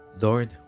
Lord